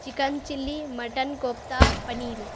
chicken chilli mutton kofta paneer